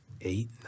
Eight